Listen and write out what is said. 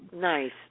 Nice